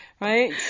right